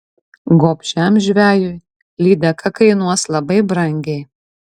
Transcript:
gobšiam žvejui lydeka kainuos labai brangiai